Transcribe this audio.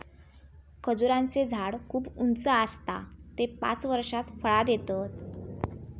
खजूराचें झाड खूप उंच आसता ते पांच वर्षात फळां देतत